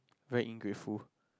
very ungrateful